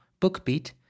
BookBeat